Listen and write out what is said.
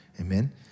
amen